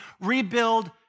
rebuild